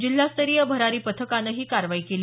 जिल्हास्तरीय भरारी पथकानं ही कारवाई केली